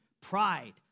pride